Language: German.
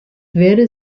werde